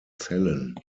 zellen